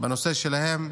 בנושא שלהם.